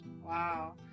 Wow